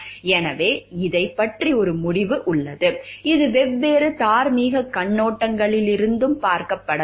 எனவே இதைப் பற்றி ஒரு முடிவு உள்ளது இது வெவ்வேறு தார்மீகக் கண்ணோட்டங்களிலிருந்தும் பார்க்கப்பட வேண்டும்